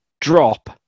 drop